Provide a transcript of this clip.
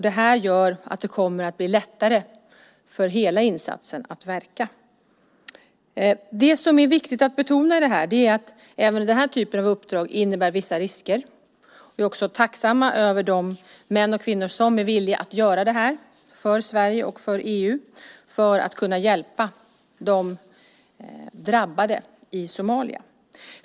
Det gör att det kommer att bli lättare för hela insatsen att verka. Det är viktigt att betona att även den här typen av uppdrag innebär vissa risker. Vi är tacksamma mot de män och kvinnor som är villiga att göra den här insatsen för Sverige och för EU för att kunna hjälpa de drabbade i Somalia.